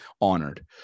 honored